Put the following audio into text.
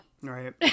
Right